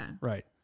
Right